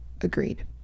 agreed